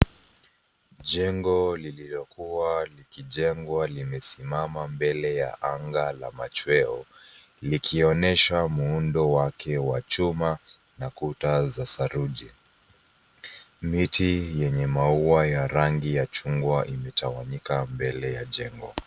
Jengo lililokuwa likijengwa limesimama mbele ya anga la machweo, likionyesha muundo wake wa chuma na kuta za saruji. Miti yenye maua ya rangi ya chungwa limetawanyika mbele ya jengo.